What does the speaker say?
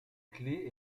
clé